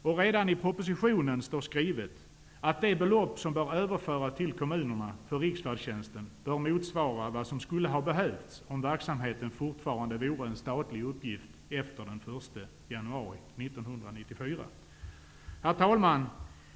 Och redan i propositionen står det skrivet att det belopp som skall överföras till kommunerna för riksfärdtjänsten bör motsvara vad som skulle ha behövts om verksamheten fortfarande vore en statlig uppgift efter den 1 Herr talman!